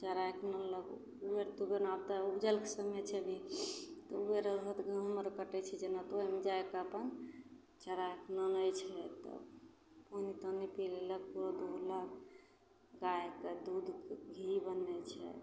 चरैके आनलक उबेर तुबेर आब तऽ उपजलके समय छै अभी गहूम आओर कटै छै जेना जाके अपन चरैके आनै छै तब पानी तानी पी लेलक दूध दुहलक गाइके दूधके घी बनै छै